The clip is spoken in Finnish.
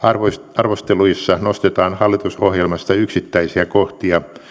arvosteluissa nostetaan hallitusohjelmasta yksittäisiä kohtia